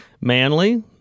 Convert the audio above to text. Manly